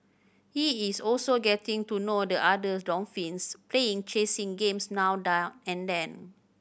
he is also getting to know the others dolphins playing chasing games now and then